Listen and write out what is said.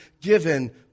given